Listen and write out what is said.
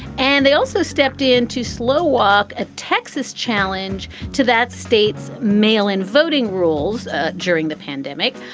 and they also stepped in to slow walk a texas challenge to that state's mail in voting rules during the pandemic.